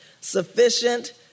sufficient